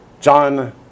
John